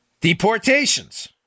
Deportations